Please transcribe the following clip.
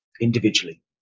individually